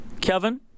Kevin